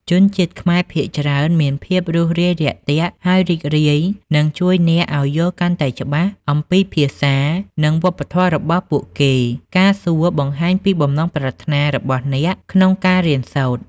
ជនជាតិខ្មែរភាគច្រើនមានភាពរួសរាយរាក់ទាក់ ហើយរីករាយនឹងជួយអ្នកឱ្យយល់កាន់តែច្បាស់អំពីភាសា និងវប្បធម៌របស់ពួកគេ ការសួរបង្ហាញពីបំណងប្រាថ្នារបស់អ្នកក្នុងការរៀនសូត្រ។